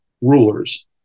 rulers